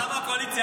למה?